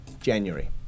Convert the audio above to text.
January